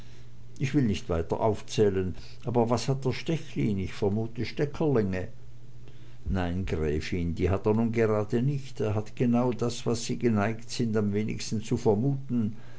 ich will nicht weiter aufzählen aber was hat der stechlin ich vermute steckerlinge nein gräfin die hat er nun gerade nicht er hat genau das was sie geneigt sind am wenigsten zu vermuten